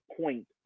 point